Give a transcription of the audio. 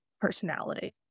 personality